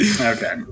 Okay